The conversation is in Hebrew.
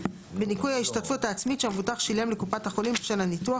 בניכוי ההשתתפות העצמית שהמבוטח שילם לקופת החולים בשל הניתוח,